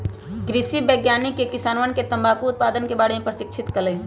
कृषि वैज्ञानिकवन ने किसानवन के तंबाकू उत्पादन के बारे में प्रशिक्षित कइल